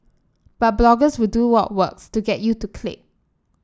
but bloggers will do what works to get you to click